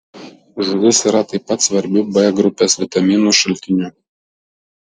žuvis yra taip pat svarbiu b grupės vitaminų šaltiniu